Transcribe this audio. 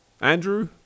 Andrew